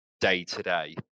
day-to-day